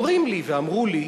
אומרים לי ואמרו לי: